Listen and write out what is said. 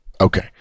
Okay